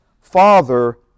father